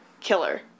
killer